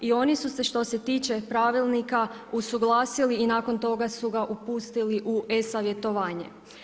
I oni su se što se tiče pravilnika usuglasili i nakon toga su ga pustili u e-savjetovanje.